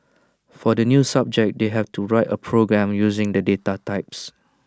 for the new subject they have to write A program using the data types